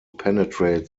penetrate